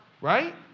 Right